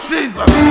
Jesus